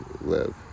live